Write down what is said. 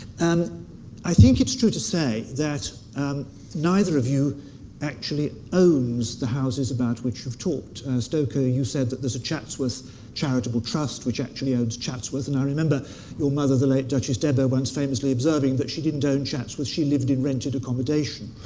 and i think it's true to say that neither of you actually owns the houses of about which you've talked. stoker, you said that there's a chatsworth charitable trust, which actually owns chatsworth. and i remember your mother, the late duchess deborah, once famously observing that she didn't own chatsworth, she lived in rented accommodation.